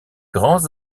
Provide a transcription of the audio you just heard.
grands